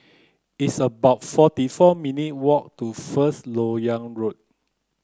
it's about forty four minutes' walk to First Lok Yang Road